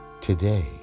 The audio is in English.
today